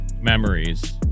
memories